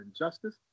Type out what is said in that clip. injustice